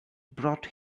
brought